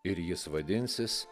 ir jis vadinsis